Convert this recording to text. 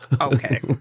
okay